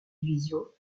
division